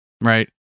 right